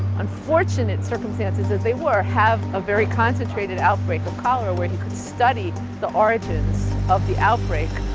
unfortunate circumstances as they were, have a very concentrated outbreak of cholera where he could study the origins of the outbreak,